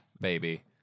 baby